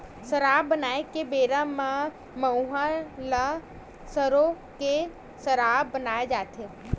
सराब बनाए के बेरा म मउहा ल सरो के सराब बनाए जाथे